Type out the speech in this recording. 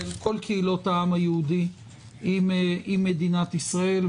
כל קהילות העם היהודי עם מדינת ישראל.